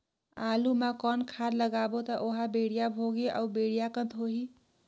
आलू मा कौन खाद लगाबो ता ओहार बेडिया भोगही अउ बेडिया कन्द होही?